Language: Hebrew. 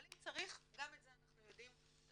אבל אם צריך, גם את זה אנחנו יודעים לעשות.